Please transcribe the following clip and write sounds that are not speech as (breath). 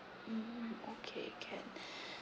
mm okay can (breath)